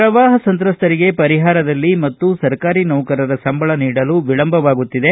ಪ್ರವಾಹ ಸಂತ್ರಸ್ತರಿಗೆ ಪರಿಹಾರದಲ್ಲಿ ಮತ್ತು ಸರ್ಕಾರಿ ನೌಕರರ ಸಂಬಳ ನೀಡಲು ವಿಳಂಬವಾಗುತ್ತಿದೆ